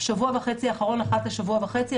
בשבוע וחצי האחרון, אחת לשבוע וחצי.